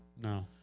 No